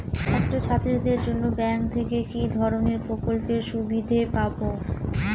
ছাত্রছাত্রীদের জন্য ব্যাঙ্ক থেকে কি ধরণের প্রকল্পের সুবিধে পাবো?